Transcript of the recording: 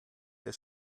ihr